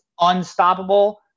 unstoppable